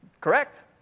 Correct